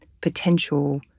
potential